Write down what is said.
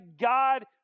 God